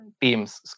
Teams